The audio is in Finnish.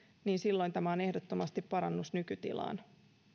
niin silloin tämä on ehdottomasti parannus nykytilaan